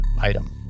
item